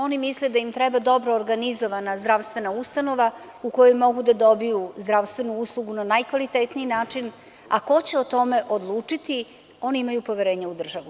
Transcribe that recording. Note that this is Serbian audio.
Oni misle da im treba dobro organizovana zdravstvena ustanova u kojoj mogu da dobiju zdravstvenu uslugu na najkvalitetniji način, a ko će o tome odlučiti, ipak oni imaju poverenja u državu.